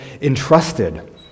entrusted